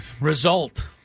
result